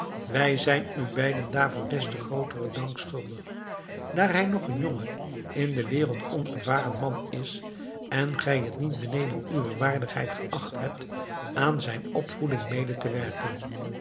wij zijn u beiden daarvoor des te grooteren dank schuldig daar hij nog een jonge in de wereld onervaren man is en gij het niet beneden uwe waardigheid geacht hebt aan zijn opvoeding mede te werken